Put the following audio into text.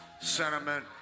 sentiment